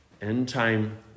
end-time